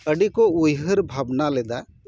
ᱟᱹᱰᱤ ᱠᱚ ᱩᱭᱦᱟᱹᱨ ᱵᱷᱟᱵᱱᱟ ᱞᱮᱫᱟ